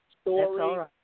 story